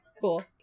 Cool